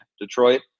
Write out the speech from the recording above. Detroit